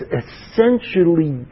essentially